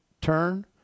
turn